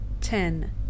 ten